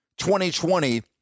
2020